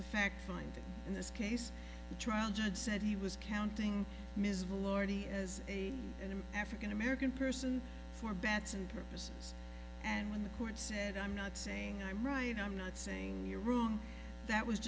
a fact finding in this case the trial judge said he was counting miserable already as a an african american person for bets and purposes and when the court said i'm not saying i'm right i'm not saying you're wrong that was